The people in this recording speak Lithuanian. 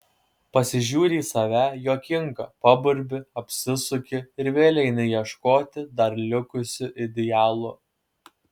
pasižiūri į save juokinga paburbi apsisuki ir vėl eini ieškoti dar likusių idealų